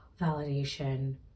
validation